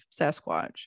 sasquatch